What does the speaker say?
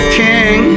king